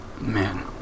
man